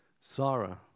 Sarah